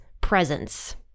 presence